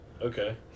Okay